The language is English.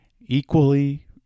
equally